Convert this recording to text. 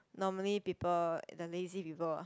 normally people the lazy people